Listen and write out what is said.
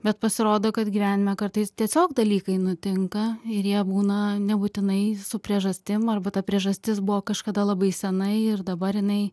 bet pasirodo kad gyvenime kartais tiesiog dalykai nutinka ir jie būna nebūtinai su priežastim arba ta priežastis buvo kažkada labai senai ir dabar jinai